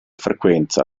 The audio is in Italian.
frequenza